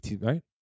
right